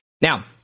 Now